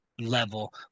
level